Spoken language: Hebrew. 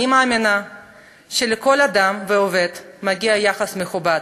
אני מאמינה שלכל אדם ועובד מגיע יחס מכובד,